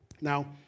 Now